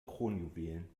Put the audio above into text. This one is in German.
kronjuwelen